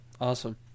Awesome